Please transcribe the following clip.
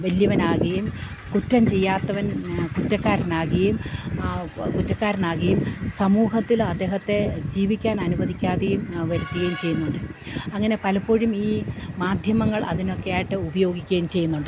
വലിയവനാകുകയും കുറ്റം ചെയ്യാത്തവൻ കുറ്റക്കാരനാകുകയും കുറ്റക്കാരനാകുകയും സമൂഹത്തില് അദ്ദേഹത്തെ ജീവിക്കാൻ അനുവദിക്കാതെയും വരുത്തുകയും ചെയ്യുന്നുണ്ട് അങ്ങനെ പലപ്പോഴും ഈ മാധ്യമങ്ങൾ അതിനൊക്കെയായിട്ട് ഉപയോഗിക്കുകയും ചെയ്യുന്നുണ്ട്